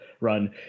run